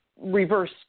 reverse